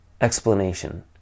explanation